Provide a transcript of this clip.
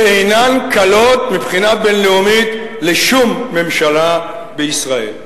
שאינן קלות מבחינה בין-לאומית לשום ממשלה בישראל.